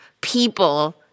people